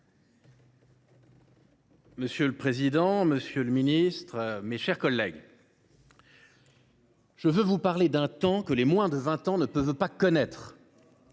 Monsieur le président, monsieur le ministre, mes chers collègues, je veux vous parler d’un temps que les moins de 20 ans ne peuvent pas connaître.